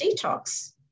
detox